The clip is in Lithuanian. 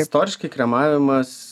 istoriškai kremavimas